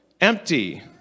Empty